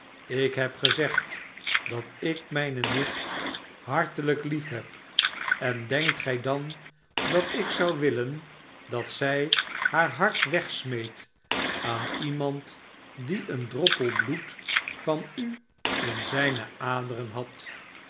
ik heb gezegd dat ik mijne nicht hartelijk liefheb en denkt gij dan dat ik zou willen dat zij haar hart wegsmeet aan iemand die een droppel bloed van u in zijne aderen had